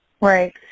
Right